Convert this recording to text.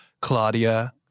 Claudia